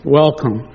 welcome